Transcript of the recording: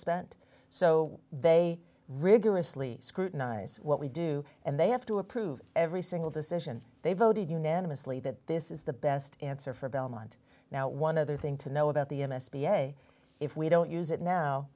spent so they rigorously scrutinize what we do and they have to approve every single decision they voted unanimously that this is the best answer for belmont now one other thing to know about the s b a if we don't use it now